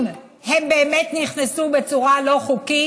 אם הם באמת נכנסו בצורה לא חוקית,